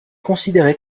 considérée